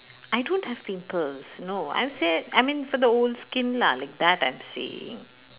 I don't have pimples no I m~ say I mean for the old skin lah that I'm saying